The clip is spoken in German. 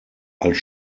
als